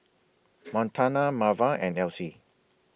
Montana Marva and Elsie